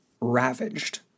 ravaged